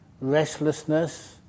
restlessness